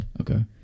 Okay